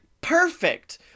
perfect